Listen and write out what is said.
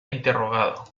interrogado